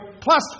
plus